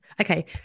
Okay